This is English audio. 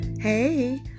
Hey